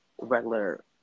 regular